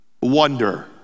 wonder